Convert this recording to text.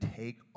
take